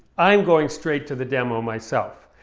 i'm going straight to the demo myself.